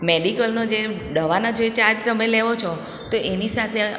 મેડિકલનો જે દવાના જો એ ચાર્જ તમે લેઓ છો તો એની સાથે